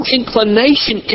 inclination